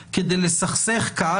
שתעגן עיקרון שעליו פניו כולנו מסכימים לו?